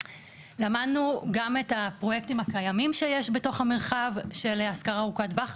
למדנו גם את הפרויקטים הקיימים שיש בתוך המרחב של השכרה ארוכת טווח,